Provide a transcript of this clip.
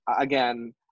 again